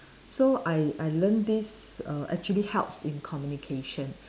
so I I learn this err actually helps in communication